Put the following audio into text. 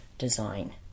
design